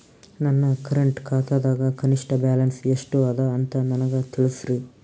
ನನ್ನ ಕರೆಂಟ್ ಖಾತಾದಾಗ ಕನಿಷ್ಠ ಬ್ಯಾಲೆನ್ಸ್ ಎಷ್ಟು ಅದ ಅಂತ ನನಗ ತಿಳಸ್ರಿ